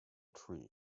tree